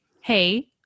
Hey